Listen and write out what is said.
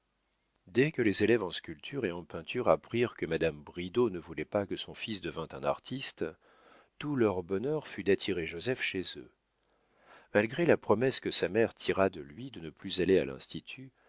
dès que les élèves en sculpture et en peinture apprirent que madame bridau ne voulait pas que son fils devînt un artiste tout leur bonheur fut d'attirer joseph chez eux malgré la promesse que sa mère tira de lui de ne plus aller à l'institut